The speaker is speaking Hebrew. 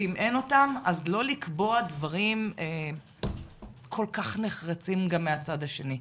ואם אין אותן אז לא לקבוע דברים כל כך נחרצים גם מהצד השני.